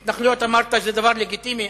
התנחלויות, אמרת, זה דבר לגיטימי.